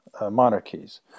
monarchies